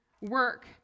work